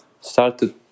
started